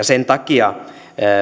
sen takia